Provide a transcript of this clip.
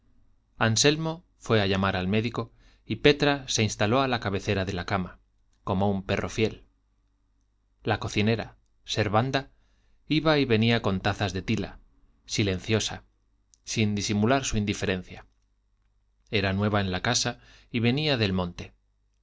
anselmo fue a llamar al médico y petra se instaló a la cabecera de la cama como un perro fiel la cocinera servanda iba y venía con tazas de tila silenciosa sin disimular su indiferencia era nueva en la casa y venía del monte